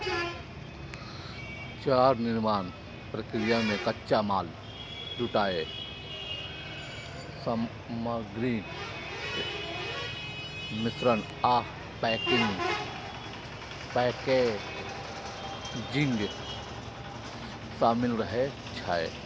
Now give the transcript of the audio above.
चारा निर्माण प्रक्रिया मे कच्चा माल जुटेनाय, सामग्रीक मिश्रण आ पैकेजिंग शामिल रहै छै